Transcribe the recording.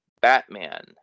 Batman